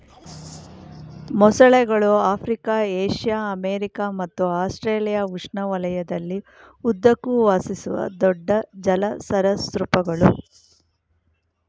ಮೊಸಳೆಗಳು Africa Asia America ಮತ್ತು Australia ಉಷ್ಣವಲಯದಲ್ಲಿ ಉದ್ದಕ್ಕೂ ವಾಸಿಸುವ ದೊಡ್ಡ ಜಲ ಸರೀಸೃಪಗಳು